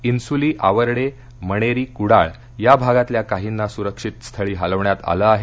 इन्सूली आवरडे मणेरी कुडाळ या भागातल्या काहींना सुरक्षित स्थळी हलविण्यात आल आहे